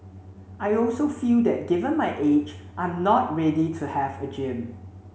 I also feel that given my age I'm not ready to have a gym